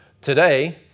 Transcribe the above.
today